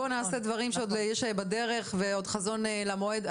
בואו נעשה דברים שעוד יש בדרך ועוד חזון למועד,